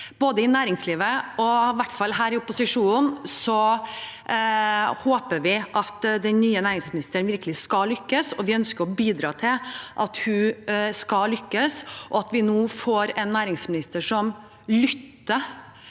både i næringslivet og i hvert fall her i opposisjonen, og vi håper at den nye næringsministeren virkelig skal lykkes. Vi ønsker å bidra til at hun skal lykkes, og håper vi nå får en næringsminister som lytter